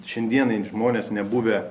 šiandienai žmonės nebuvę